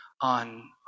on